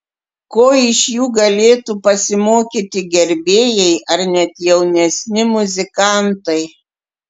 ko iš jų galėtų pasimokyti gerbėjai ar net jaunesni muzikantai